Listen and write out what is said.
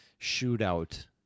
shootout